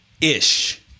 Ish